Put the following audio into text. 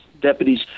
deputies